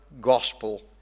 gospel